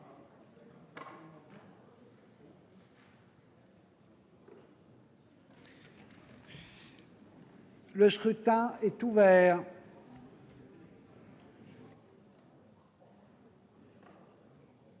Le scrutin est ouvert.